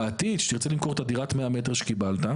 בעתיד, כשתרצה למכור את דירת ה-100 מ"ר שקיבלת,